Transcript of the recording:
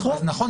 אז נכון,